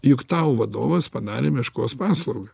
juk tau vadovas padarė meškos paslaugą